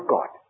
God